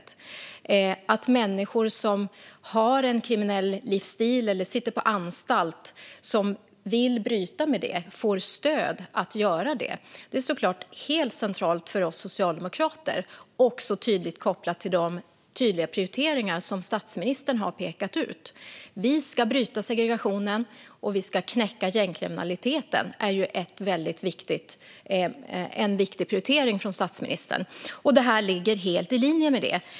Att människor som har en kriminell livsstil eller sitter på anstalt och vill bryta med det får stöd att göra det är helt centralt för oss socialdemokrater, också kopplat till de tydliga prioriteringar statsministern har pekat ut. Att bryta segregationen och knäcka gängkriminaliteten är en viktig prioritering för statsministern, och det här ligger helt i linje med det.